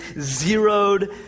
zeroed